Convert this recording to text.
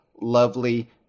lovely